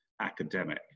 academic